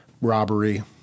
robbery